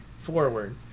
forward